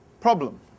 problem